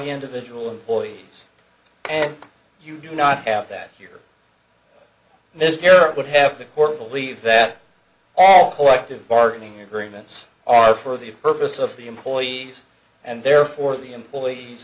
individual employees and you do not have that here mystere would have the court believe that all coy active bargaining agreements are for the purpose of the employees and therefore the employees